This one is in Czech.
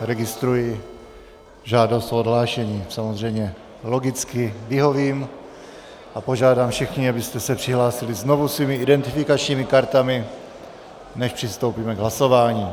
Registruji žádost o odhlášení, samozřejmě logicky vyhovím a požádám všechny, abyste se přihlásili znovu svými identifikačními kartami, než přistoupíme k hlasování.